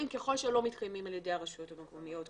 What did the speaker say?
ככל שהם לא מתקיימים על ידי הרשויות המקומיות,